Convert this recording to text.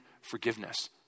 forgiveness